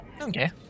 Okay